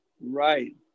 right